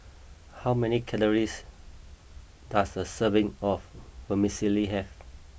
how many calories does a serving of Vermicelli have